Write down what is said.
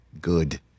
good